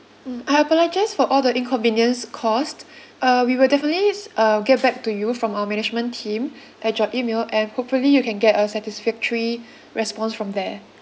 mm I apologise for all the inconvenience caused uh we will definitely s~ uh get back to you from our management team at your email and hopefully you can get a satisfactory response from there